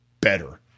better